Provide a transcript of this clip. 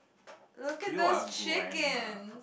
look at those chicken